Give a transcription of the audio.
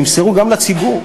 נמסרו גם לציבור.